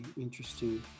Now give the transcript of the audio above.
Interesting